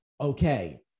okay